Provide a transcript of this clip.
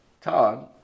Todd